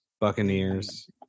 buccaneers